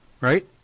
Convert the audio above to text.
right